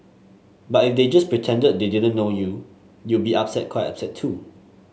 but if they just pretended they didn't know you you'd be upset quiet too